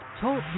talk